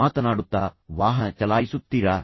ಮಾತನಾಡುತ್ತಾ ವಾಹನ ಚಲಾಯಿಸುತ್ತೀರಾ